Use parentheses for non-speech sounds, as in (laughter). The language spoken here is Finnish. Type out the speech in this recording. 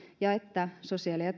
ja että sosiaali ja (unintelligible)